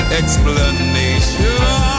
explanation